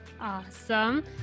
Awesome